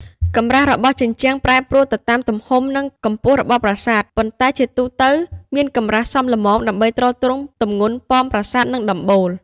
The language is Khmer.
កម្រាស់របស់ជញ្ជាំងប្រែប្រួលទៅតាមទំហំ និងកម្ពស់របស់ប្រាសាទ ប៉ុន្តែជាទូទៅមានកម្រាស់សមល្មមដើម្បីទ្រទ្រង់ទម្ងន់ប៉មប្រាសាទ និងដំបូល។